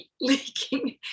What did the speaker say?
leaking